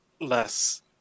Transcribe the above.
less